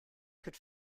could